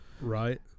right